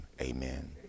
Amen